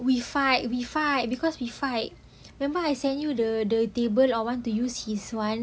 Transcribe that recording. we fight we fight because we fight remember I send you the the table I want to use his one